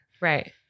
Right